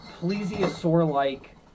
plesiosaur-like